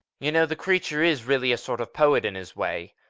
you know, the creature is really a sort of poet in his way.